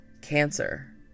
cancer